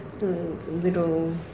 little